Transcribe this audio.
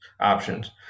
options